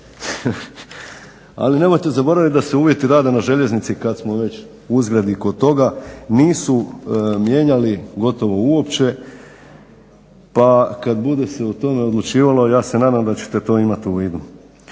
Ali nemojte zaboraviti da se uvjeti rada na željeznici kad smo već uzgred i kod toga nisu mijenjali gotovo uopće, pa kad bude se o tome odlučivalo ja se nadam da ćete to imati u vidu.